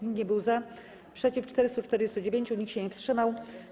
Nikt nie był za, przeciw - 449, nikt się nie wstrzymał.